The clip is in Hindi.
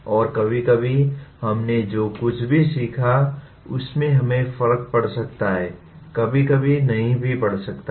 और कभी कभी हमने जो कुछ भी सीखा उससे हमें फर्क पड़ सकता है कभी कभी नहीं पड़ सकता हैं